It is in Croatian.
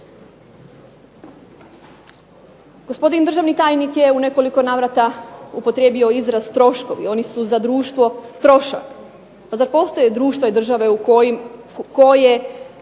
Gospodin državni tajnik je u nekoliko navrata upotrijebio izraz troškovi, oni su za društvo trošak. Pa zar postoje društva i države koje